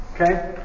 Okay